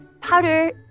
powder